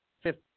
fifth